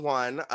one